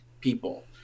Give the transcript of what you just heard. people